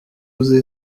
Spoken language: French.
osé